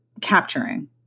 capturing